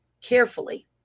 Carefully